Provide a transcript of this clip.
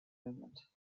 movement